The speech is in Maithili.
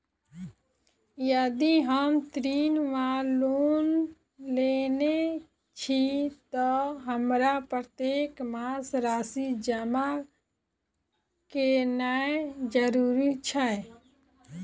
यदि हम ऋण वा लोन लेने छी तऽ हमरा प्रत्येक मास राशि जमा केनैय जरूरी छै?